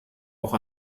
auch